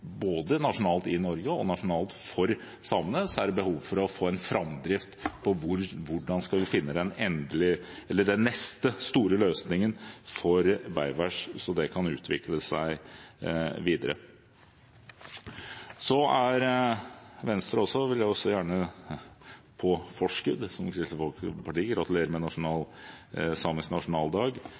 både nasjonalt i Norge og nasjonalt for samene, er det behov for å få en framdrift i hvordan vi skal finne den neste store løsningen for Beaivváš, slik at det kan utvikle seg videre. Venstre vil også gjerne på forskudd, som Kristelig Folkeparti, gratulere med samisk nasjonaldag mandag 6. februar og ser fram til å kunne delta hele den uken på en